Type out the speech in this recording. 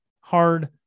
hard